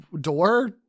door